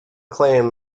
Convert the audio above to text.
claim